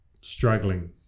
struggling